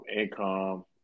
income